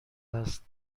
است